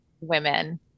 women